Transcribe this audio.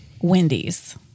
wendy's